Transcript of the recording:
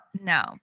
No